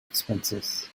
expenses